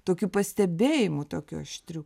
tokių pastebėjimų tokių aštrių